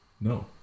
No